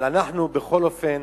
אבל בכל אופן,